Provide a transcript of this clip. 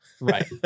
Right